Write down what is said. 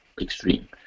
extreme